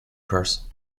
purse